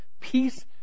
peace